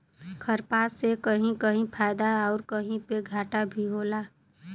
खरपात से कहीं कहीं फायदा आउर कहीं पे घाटा भी होला